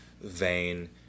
vein